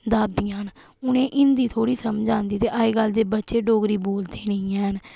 दादियां न उनेंगी हिंदी थोह्ड़ी समझ आंदी ते अज्जकल दे बच्चे डोगरी बोलदे नि हैन